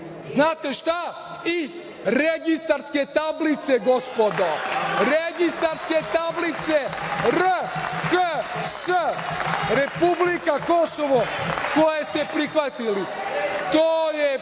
znate šta, registarske tablice, gospodo, registarske tablice RKS, republika Kosovo, koje ste prihvatili. To je primena